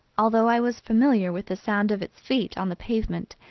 although i was familiar with the sound of its feet on the pavement,